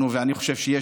ואני חושב שיש